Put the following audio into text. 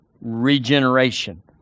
regeneration